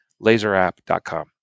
laserapp.com